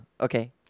Okay